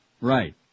Right